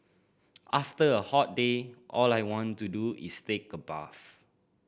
after a hot day all I want to do is take a bath